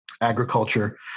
agriculture